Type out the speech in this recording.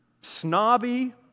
snobby